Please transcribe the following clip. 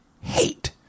hate